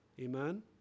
amen